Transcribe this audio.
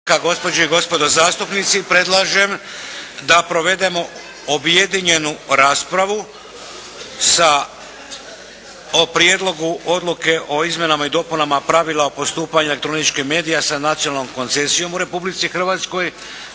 Gospođe i gospodo zastupnici predlažem da provedemo objedinjenu raspravu sa o - Prijedlogu odluke o izmjenama i dopunama pravila o postupanju elektroničkih medija sa nacionalnom koncesijom u Republici Hrvatskoj,